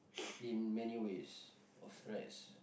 in many ways of stress